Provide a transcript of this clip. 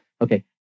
Okay